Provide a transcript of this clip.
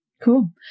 Cool